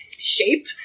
shape